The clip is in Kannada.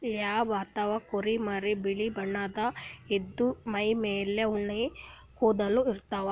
ಲ್ಯಾಂಬ್ ಅಥವಾ ಕುರಿಮರಿ ಬಿಳಿ ಬಣ್ಣದ್ ಇದ್ದ್ ಮೈಮೇಲ್ ಉಣ್ಣಿದ್ ಕೂದಲ ಇರ್ತವ್